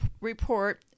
report